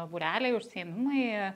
būreliai užsiėmimai